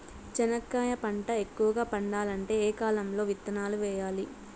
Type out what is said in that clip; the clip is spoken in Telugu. చెనక్కాయ పంట ఎక్కువగా పండాలంటే ఏ కాలము లో విత్తనాలు వేయాలి?